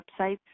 websites